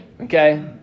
Okay